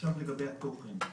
עכשיו לגבי התוכן.